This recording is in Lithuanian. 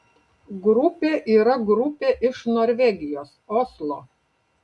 grupė yra grupė iš norvegijos oslo